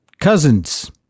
cousins